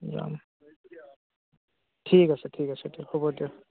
যাম ঠিক আছে ঠিক আছে দিয়ক হ'ব দিয়ক